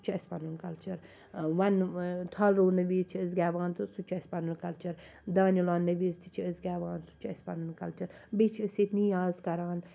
سُہ چھُ اَسہِ پَنُن کَلچَر وَننہ تھل رُونہٕ وِز چھِ أسۍ گیٚوان تہٕ سُہ چھُ اَسہِ پَنُن کَلچَر دانہِ لۄننہٕ وِز چھِ أسۍ گیٚوان تہٕ سُہ چھُ اَسہِ پَنُن کَلچَر بیٚیہِ چھِ أسۍ ییٚتہِ نِیاز کَران